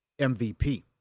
MVP